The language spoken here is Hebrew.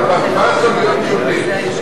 להיות ברווז או להיות שודד?